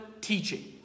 teaching